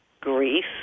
Grief